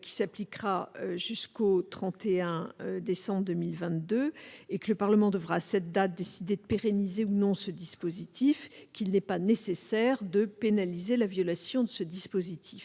qui s'appliquera jusqu'au 31 décembre 2022, et que le Parlement devra à cette date pérenniser ou non. Pour autant, il paraît nécessaire d'en pénaliser la violation. En effet,